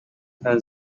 had